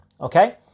okay